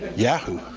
yahoo.